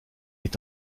est